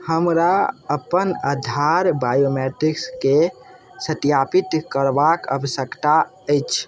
हमरा अपन आधार बायोमैट्रिक्सकेँ सत्यापित करबाक आवश्यकता अछि